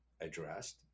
addressed